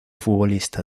futbolista